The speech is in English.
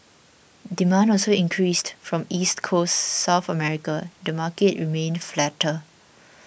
demand also increased from East Coast South America the market remained flatter